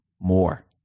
more